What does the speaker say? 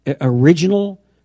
original